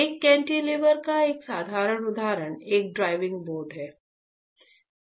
एक कैंटिलीवर का एक साधारण उदाहरण एक डाइविंग बोर्ड होगा